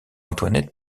antoinette